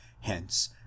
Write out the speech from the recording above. Hence